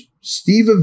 Steve